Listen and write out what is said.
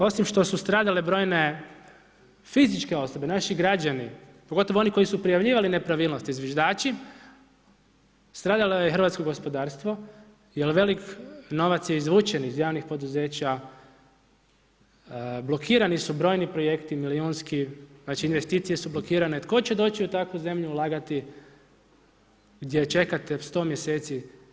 Osim što su stradale brojne fizičke osobe, naši građani, pogotovo oni koji su prijavljivali nepravilnosti, zviždači, stradalo je hrvatsko gospodarstvo jer velik novac je izvučen iz javnih poduzeća, blokirani su brojni projekti, milijunski, investicije su blokirane, tko će doći u takvu zemlju ulagati gdje čekate 100 mjeseci.